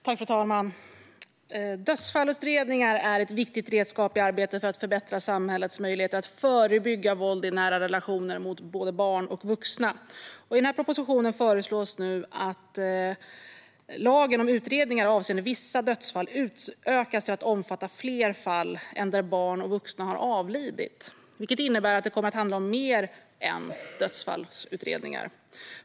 Fru talman! Dödsfallsutredningar är ett viktigt redskap i arbetet för att förbättra samhällets möjligheter att förebygga våld i nära relationer mot både barn och vuxna. I den här propositionen föreslås nu att lagen om utredningar avseende vissa dödsfall utökas till att omfatta fler fall än där barn och vuxna har avlidit. Det innebär att det kan handla om mer än dödsfallsutredningar.